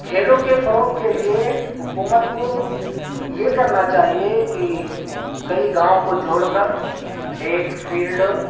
کھیلوں کے فروغ کے لیے حکومت کو یہ کرنا چاہیے کہ کئی گاؤں کو جوڑ کر ایک فیلڈ